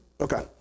Okay